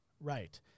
right